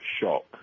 shock